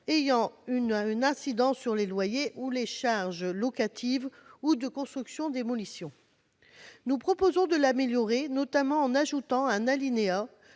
ayant une incidence sur les loyers ou sur les charges locatives, de construction ou de démolition. Nous proposons d'améliorer ce dispositif en ajoutant un alinéa